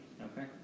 Okay